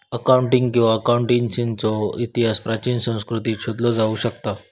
accounting किंवा अकाउंटन्सीचो इतिहास प्राचीन संस्कृतींत शोधला जाऊ शकता